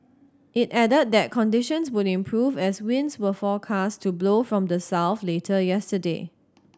it added that conditions would improve as winds were forecast to blow from the south later yesterday